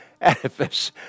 edifice